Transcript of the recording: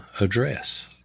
address